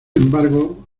embargo